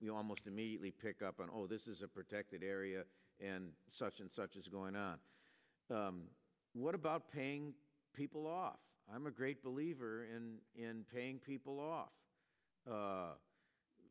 you almost immediately pick up on all of this is a protected area and such and such is going on what about paying people off i'm a great believer in paying people off